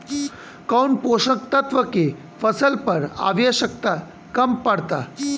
कौन पोषक तत्व के फसल पर आवशयक्ता कम पड़ता?